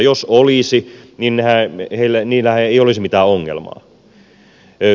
jos olisi niin siellähän ei olisi mitään ongelmaa